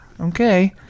okay